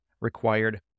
required